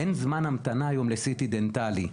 אין היום זמן המתנה ל-CT דנטלי.